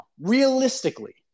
realistically